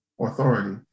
authority